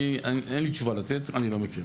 אין לי תשובה לתת, אני לא מכיר.